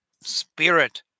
Spirit